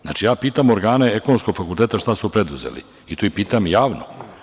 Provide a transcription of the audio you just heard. Znači, ja pitam organe Ekonomskog fakulteta - šta su preduzeli, i to ih pitam javno?